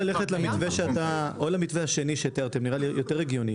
נראה לי יותר הגיוני